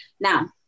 Now